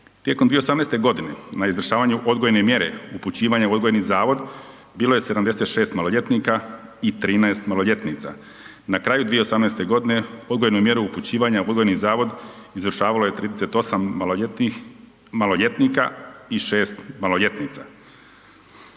Tijekom 2018. godine na izvršavanju odgojne mjere upućivanja u Odgojni zavod bilo je 76 maloljetnika i 13 maloljetnica i na kraju 2018. odgojnu mjeru upućivanja u Odgojni zavod izvršavalo je 38 maloljetnika i 6 maloljetnica.